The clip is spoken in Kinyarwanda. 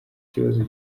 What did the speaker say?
kibazo